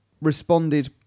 responded